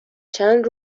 چند